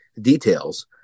details